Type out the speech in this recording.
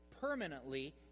permanently